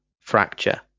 fracture